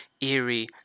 eerie